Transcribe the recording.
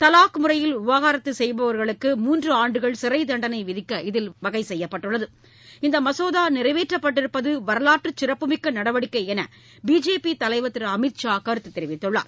தவாக் முறையில் விவாகரத்துசெய்பவர்களுக்கு மூன்றுஆண்டுகள் சிறைதண்டனைவிதிக்க இதில் வகைசெய்யப்பட்டுள்ளது இந்தமசோதாநிறைவேற்றப்பட்டிருப்பதுவரலாற்றுசிறப்புமிக்கநடவடிக்கைஎனபிஜேபிதலைவர் திருஅமித் ஷா கருத்ததெரிவித்துள்ளார்